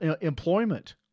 employment